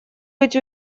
быть